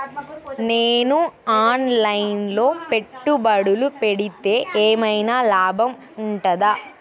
నేను online లో పెట్టుబడులు పెడితే ఏమైనా లాభం ఉంటదా?